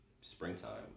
springtime